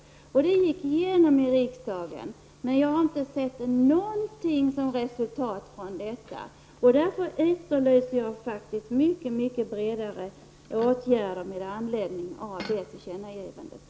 Detta förslag gick igenom i riksdagen. Jag har emellertid inte sett något resultat av detta, och därför efterlyser jag mycket bredare åtgärder med anledning av det tillkännagivandet.